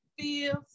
feels